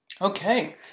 Okay